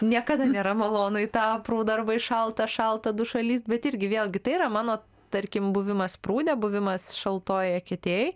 niekada nėra malonu į tą prūdą arba į šaltą šaltą dušą lyst bet irgi vėlgi tai yra mano tarkim buvimas prūde buvimas šaltoj eketėj